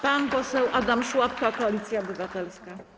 Pan poseł Adam Szłapka, Koalicja Obywatelska.